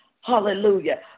Hallelujah